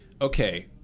okay